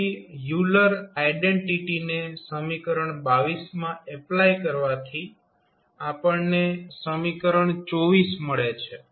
પછી Euler identity Euler's identity ને સમીકરણ માં એપ્લાય કરવાથી આપણને સમીકરણ મળે છે